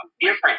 different